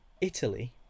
Italy